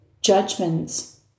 judgments